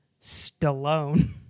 Stallone